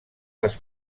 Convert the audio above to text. les